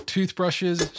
Toothbrushes